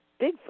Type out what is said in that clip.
Bigfoot